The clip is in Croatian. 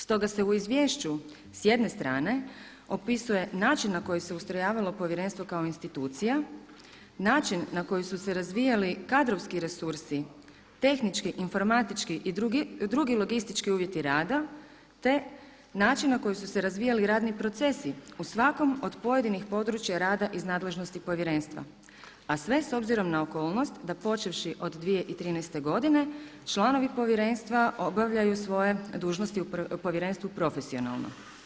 Stoga se u izvješću s jedne strane opisuje način na koji se ustrojavalo Povjerenstvo kao institucija, način na koji su se razvijali kadrovski resursi, tehnički, informatički i drugi logistički uvjeti rada, te način na koji su se razvijali radni procesi u svakom od pojedinih područja rada iz nadležnosti Povjerenstva, a sve s obzirom na okolnost da počevši od 2013. godine članovi Povjerenstva obavljaju svoje dužnosti u Povjerenstvu profesionalno.